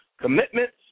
commitments